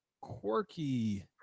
quirky